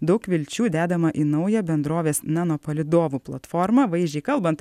daug vilčių dedama į naują bendrovės nano palydovų platformą vaizdžiai kalbant